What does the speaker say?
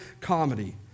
comedy